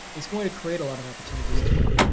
it's going to create a lot of opportunities is well.